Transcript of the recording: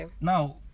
Now